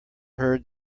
heard